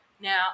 Now